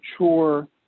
mature